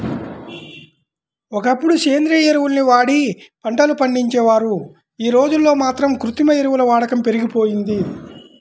ఒకప్పుడు సేంద్రియ ఎరువుల్ని వాడి పంటలు పండించేవారు, యీ రోజుల్లో మాత్రం కృత్రిమ ఎరువుల వాడకం పెరిగిపోయింది